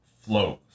flows